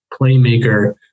playmaker